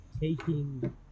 taking